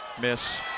Miss